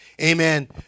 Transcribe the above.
amen